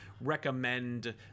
recommend